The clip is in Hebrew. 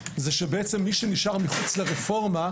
שמי שנשאר מחוץ לרפורמה,